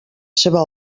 seva